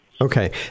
okay